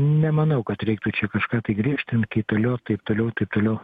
nemanau kad reiktų čia kažką griežtint kaitaliot taip toliau taip toliau